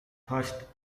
first